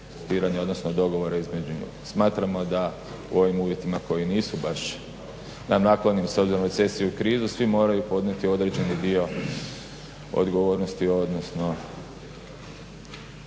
odnosno dogovora između …. Smatramo da u ovim uvjetima koji nisu baš … s obzirom na recesiju i krizu svi moraju podnijeti određeni dio odgovornosti, odnosno